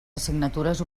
assignatures